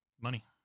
Money